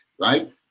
right